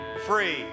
Free